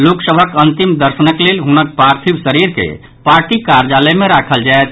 लोक सभक अंतिम दर्शनक लेल हुनक पार्थिव शरीर के पार्टी कार्यालय मे राखल जायत